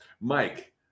Mike